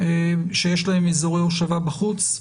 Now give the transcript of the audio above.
שיש להם אזורי ישיבה בחוץ.